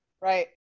Right